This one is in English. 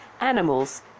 animals